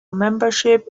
membership